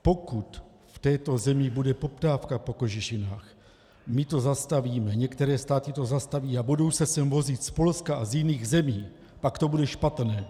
Pokud v této zemi bude poptávka po kožešinách, my to zastavíme, některé státy to zastaví, ale budou se sem vozit z Polska a z jiných zemí, pak to bude špatné.